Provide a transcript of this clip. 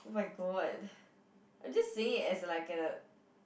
oh-my-god I'm just saying it as a like a